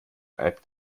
app